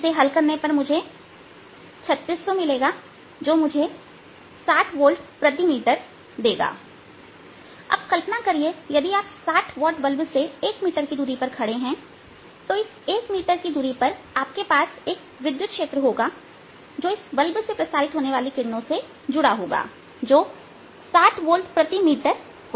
इसे हल करने पर यह 3600 है जो मुझे 60 वोल्टस प्रति मीटर देगा Powerarea 60Js4R215 Wattsm2S cu c12𝛆0 E02 15 E0 30πc60Vm कल्पना करिए यदि आप 60 वाट बल्ब से 1 मीटर की दूरी पर खड़े हैं तो इस से 1 मीटर की दूरी पर आपके पास एक विद्युत क्षेत्र होगा जो कि इस बल्ब से प्रसारित होने वाली किरणों से जुड़ा होगा जो 60 वोल्टस प्रति मीटर होगा